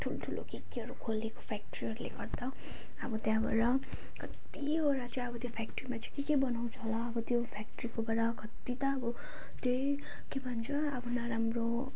ठुल्ठुलो केकेहरू खोलिएको फ्याक्ट्रीहरूले गर्दा अब त्यहाँबाट कतिवटा चाहिँ अब त्यो फ्याक्ट्रीमा चाहिँ के के बनाउँछ होला अब त्यो फ्याक्ट्रीकोबाट कति त अब त्यही के भन्छ अब नराम्रो